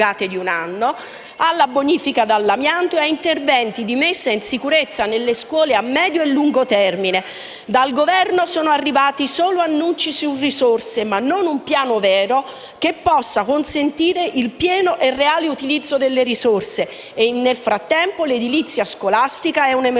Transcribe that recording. alla bonifica dall'amianto, nonché promuovere interventi di messa in sicurezza nelle scuole a medio-lungo termine. Dal Governo sono arrivati solo annunci su risorse, ma non un piano vero che possa consentire il pieno e reale utilizzo delle risorse. Nel frattempo, l'edilizia scolastica è un'emergenza.